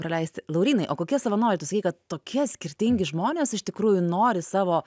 praleisti laurynai o kokie savanoriao tu sakei kad tokie skirtingi žmonės iš tikrųjų nori savo